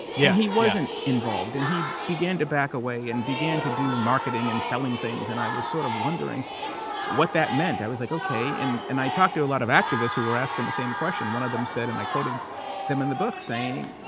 yeah he wasn't involved and he began to back away and began to do marketing and selling things. and i was sort of wondering what that meant. i was like, okay. and i talked to a lot of activists who were asking the same question. one of them said, and i quoted them in the book saying,